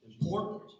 important